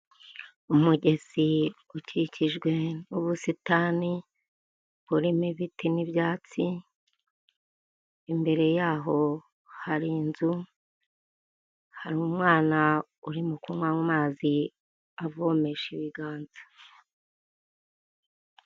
Umugezi ukikijwe n'ubusitani burimo ibiti n'ibyatsi, imbere yaho hari inzu, hari umwana urimo kunywa amazi avomesha ibiganza.